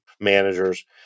managers